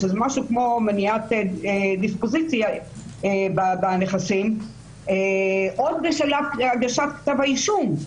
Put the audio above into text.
שזה משהו כמו מניעת דיספוזיציה בנכסים עוד בשלב הגשת כתב האישום,